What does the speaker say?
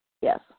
Yes